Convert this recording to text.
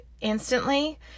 instantly